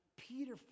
Peter